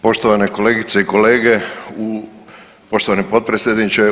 Poštovane kolegice i kolege, poštovani potpredsjedniče.